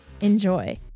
Enjoy